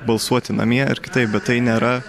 balsuoti namie ar kitaip bet tai nėra